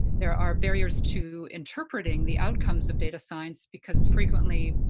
there are barriers to interpreting the outcomes of data science, because frequently,